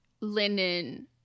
linen